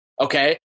Okay